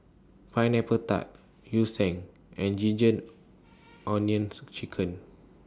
Pineapple Tart Yu Sheng and Ginger Onions Chicken